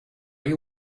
you